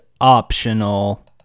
optional